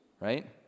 right